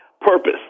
Purpose